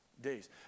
days